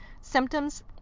symptoms